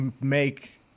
make